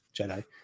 Jedi